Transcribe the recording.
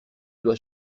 dois